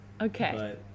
Okay